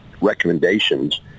recommendations